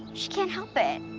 she can't help it.